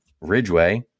Ridgeway